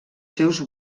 seus